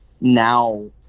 now